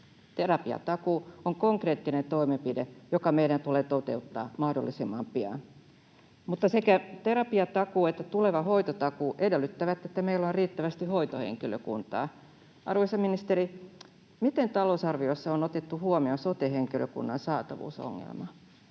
Terapiatakuu on konkreettinen toimenpide, joka meidän tulee toteuttaa mahdollisimman pian, mutta sekä terapiatakuu että tuleva hoitotakuu edellyttävät, että meillä on riittävästi hoitohenkilökuntaa. Arvoisa ministeri, miten talousarviossa on otettu huomioon sote-henkilökunnan saatavuusongelma?